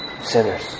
sinners